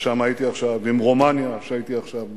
שם הייתי עכשיו, ועם רומניה, שהייתי עכשיו בה,